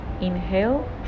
Inhale